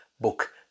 book